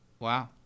Wow